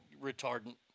retardant